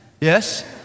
Yes